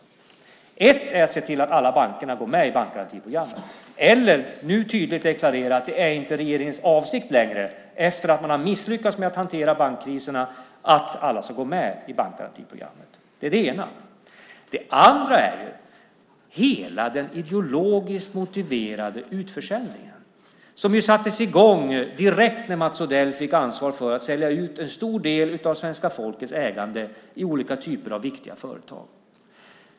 Först och främst måste man se till att alla banker går med i bankgarantiprogrammet eller nu tydligt deklarera att det inte är regeringens avsikt längre, efter att man har misslyckats med att hantera bankkriserna, att alla ska gå med i bankgarantiprogrammet. Det är det ena. Det andra är hela den ideologiskt motiverade utförsäljningen som sattes i gång direkt när Mats Odell fick ansvar för att sälja ut en stor del av svenska folkets ägande i olika viktiga företag.